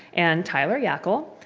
and tyler yockel,